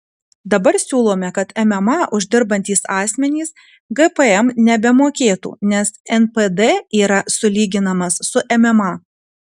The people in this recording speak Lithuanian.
dabar siūlome kad mma uždirbantys asmenys gpm nebemokėtų nes npd yra sulyginamas su mma